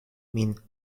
min